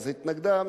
הממשלה התנגדה,